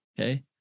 Okay